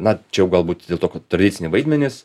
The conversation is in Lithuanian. na čia jau galbūt dėl to kad tradiciniai vaidmenys